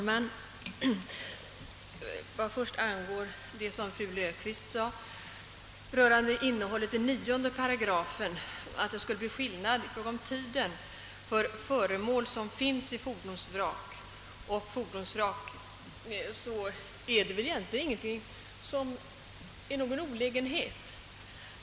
Herr talman! Fru Löfqvist påpekar att 9 8 innebär att det skulle bli skillnader i fråga om tiden mellan å ena sidan föremål som finns i fordonsvrak och å andra sidan fordonsvrak. Detta är väl ingen olägenhet.